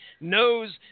knows